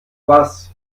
was